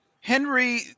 Henry